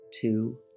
Two